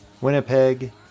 Winnipeg